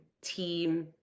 team